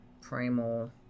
primal